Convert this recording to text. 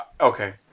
Okay